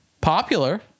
popular